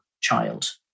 child